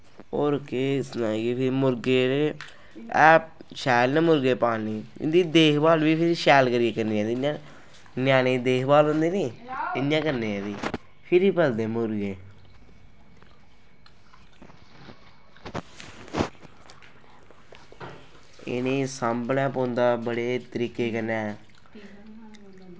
होर केह् सनाइये फिर मुर्गे ऐ शैल न मुर्गे पालनें ई इंदी देख भाल बी फिर शैल करियै करनी चाहिदी ञ्यानें दी देख भाल होंदी नी इ'यां करनी चाहिदी फिरी पलदे मुर्गे इ'नें ई साम्भनां पौंदा बड़े तरीके कन्नै